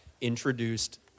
introduced